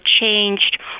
changed